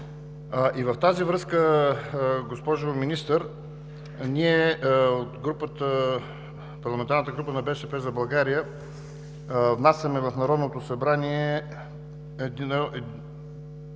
В тази връзка, госпожо Министър, ние от парламентарната група на „БСП за България“ внасяме в Народното събрание искане